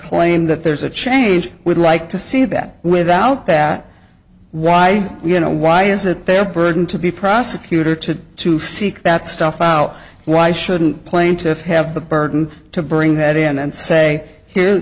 claim that there's a change would like to see that without that why you know why is it their burden to be prosecutor to to seek that stuff out why shouldn't plaintiffs have the burden to bring that in and say here